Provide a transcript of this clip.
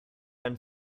and